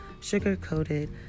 sugar-coated